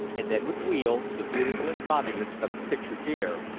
and then would wheel, the beautiful embodiments of the picture deer,